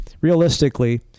Realistically